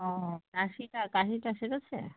ও কাশিটা কাশিটা সেরেছে